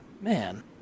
man